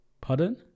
Pardon